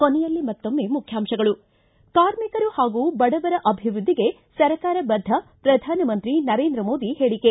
ಕೊನೆಯಲ್ಲಿ ಮತ್ತೊಮ್ಮೆ ಮುಖ್ಯಾಂಶಗಳು ಿ ಕಾರ್ಮಿಕರು ಹಾಗೂ ಬಡವರ ಅಭಿವ್ಯದ್ಲಿಗೆ ಸರ್ಕಾರ ಬದ್ದ ಪ್ರಧಾನಮಂತ್ರಿ ನರೇಂದ್ರ ಮೋದಿ ಹೇಳಿಕೆ